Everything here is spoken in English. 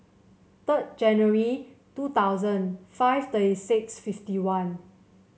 third January two thousand five thirty six fifty one